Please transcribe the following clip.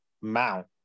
mount